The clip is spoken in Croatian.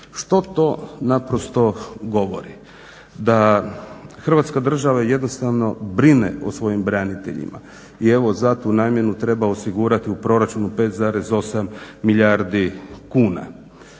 Što to naprosto govori, da Hrvatska država jednostavno brine o svojim braniteljima i evo za tu namjenu treba osigurati u proračunu 5,8 milijardi kuna.